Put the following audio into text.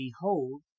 behold